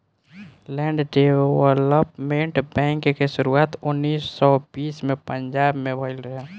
land development bank के शुरुआत उन्नीस सौ बीस में पंजाब में भईल रहे